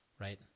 Right